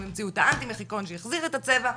המציאו את האנטי מחיקון שהחזיר את הצבע,